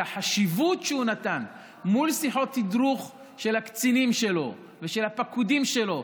את החשיבות שהוא נתן בשיחות תדרוך של הקצינים שלו ושל הפקודים שלו.